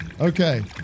Okay